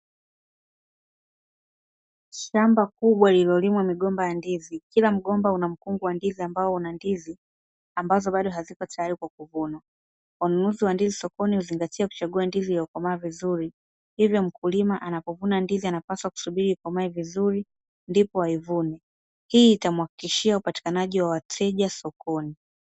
Shamba kubwa lililolimwa migomba ya ndizi, kila mgomba una mkungu wa ndizi ambao una ndizi, ambazo bado hazipo tayari kwa kuvunwa. Wanunuzi wa ndizi sokoni huzingatia kuchagua ndizi iliyokomaa vizuri, hivyo mkulima anapovuna ndizi anapaswa kusubiri ikomae vizuri ndipo aivune. Hii itamhakikishia upatikanaji wa wateja sokoni.